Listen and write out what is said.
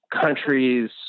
Countries